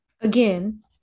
again